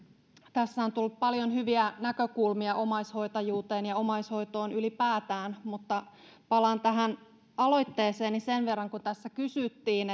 tässä on tullut paljon hyviä näkökulmia omaishoitajuuteen ja omaishoitoon ylipäätään palaan tähän aloitteeseeni sen verran kun tässä kysyttiin